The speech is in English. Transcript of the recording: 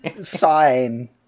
sign